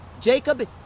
Jacob